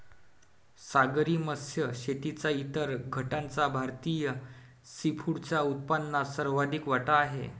सागरी मत्स्य शेतीच्या इतर गटाचा भारतीय सीफूडच्या उत्पन्नात सर्वाधिक वाटा आहे